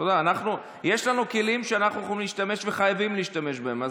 יש לנו כלים שאנחנו יכולים להשתמש וחייבים להשתמש בהם.